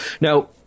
Now